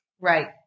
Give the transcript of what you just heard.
Right